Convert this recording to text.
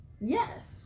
Yes